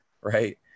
right